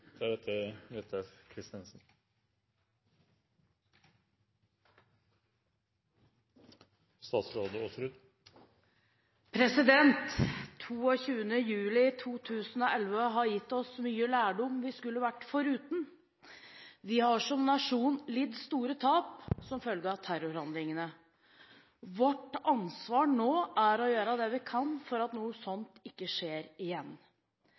juli 2011 har gitt oss mye lærdom vi skulle vært foruten. Vi har som nasjon lidd store tap som følge av terrorhandlingene. Vårt ansvar nå er å gjøre det vi kan for at noe slikt ikke skal skje igjen.